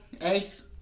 ace